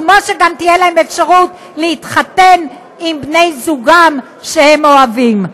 כמו שגם תהיה להם אפשרות להתחתן עם בני זוגם שהם אוהבים.